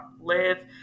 live